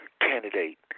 candidate